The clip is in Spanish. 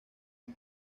con